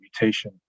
mutation